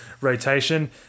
rotation